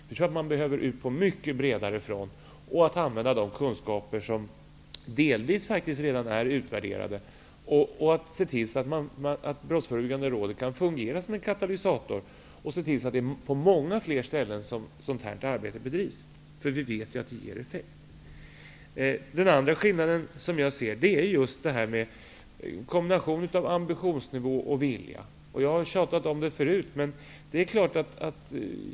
Vi tror att man behöver gå ut på bred front och använda de kunskaper som delvis redan är utvärderade. Man behöver se till så att Brottsförebyggande rådet kan fungera som en katalysator och att ett arbete av detta slag bedrivs på många fler ställen. Vi vet ju att det ger effekt. En annan skillnad är, som jag ser det, kombinationen av ambitionsnivå och vilja. Jag har tjatat om det förut.